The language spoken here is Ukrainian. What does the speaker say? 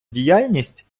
діяльність